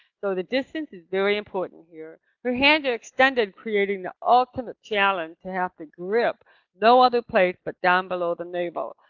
so the distance is very important here, her hands extended creating the ultimate challenge to have the grip no other place but down below the navel,